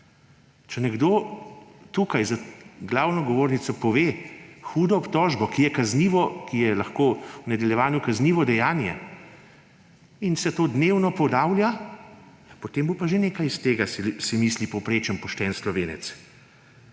Če nekdo tukaj za glavno govornico pove hudo obtožbo, ki je lahko v nadaljevanju kaznivo dejanje, in se to dnevno ponavlja, potem bo pa že nekaj iz tega, si misli povprečen pošten Slovenec.